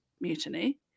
mutiny